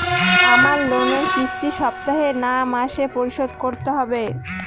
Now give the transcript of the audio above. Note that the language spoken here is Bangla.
আমার লোনের কিস্তি সপ্তাহে না মাসে পরিশোধ করতে হবে?